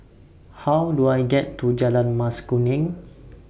How Do I get to Jalan Mas Kuning